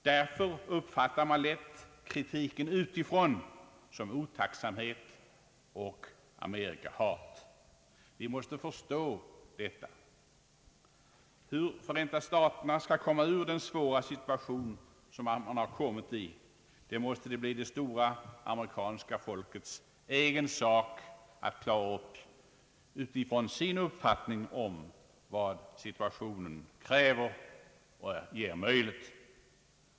Därför uppfattar man lätt kritiken utifrån som otacksamhet och amerikahat. Vi måste förstå detta. Hur Förenta staterna skall komma ur den svåra situation landet är inne i måste bli det stora amerikanska folkets egen sak att klara upp utifrån sin uppfattning om vad situationen kräver och vad som är möjligt.